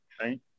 right